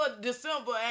December